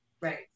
Right